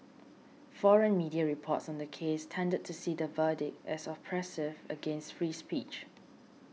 foreign media reports on the case tended to see the verdict as oppressive against free speech